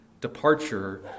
departure